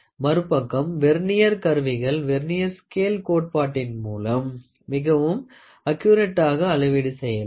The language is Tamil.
மறுபக்கம் வெர்னியர் கருவிகள் வெர்னியர் ஸ்கேல் கோட்பாட்டின் மூலம் மிகவும் அகுரட்டாக அளவீடு செய்யலாம்